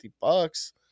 bucks